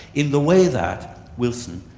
in the way that wilson,